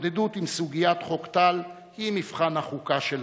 ההתמודדות עם סוגיית חוק טל היא מבחן החוקה שלנו.